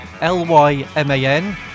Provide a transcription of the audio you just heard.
L-Y-M-A-N